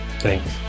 Thanks